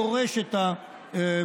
דורש את ההתלהבות,